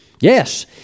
Yes